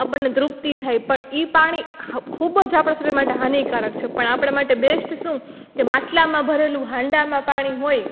આપણને તૃપ્તિ થાય પણ ઈ પાણી ખૂબ જ આપણા શિર શરીર માટે હાનિકારક છે પણ આપણાં માટે બેસ્ટ શું કે માટલામાં ભરેલું હાંડામાં પાણી હોય